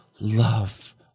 love